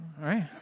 right